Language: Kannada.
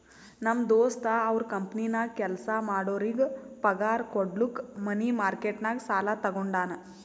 ನಮ್ ದೋಸ್ತ ಅವ್ರ ಕಂಪನಿನಾಗ್ ಕೆಲ್ಸಾ ಮಾಡೋರಿಗ್ ಪಗಾರ್ ಕುಡ್ಲಕ್ ಮನಿ ಮಾರ್ಕೆಟ್ ನಾಗ್ ಸಾಲಾ ತಗೊಂಡಾನ್